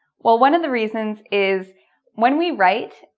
well one of the reasons is when we write,